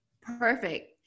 Perfect